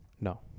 No